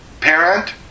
parent